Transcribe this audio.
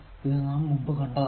ഇത്നാം മുമ്പ് കണ്ടതാണ്